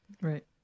Right